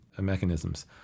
mechanisms